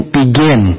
begin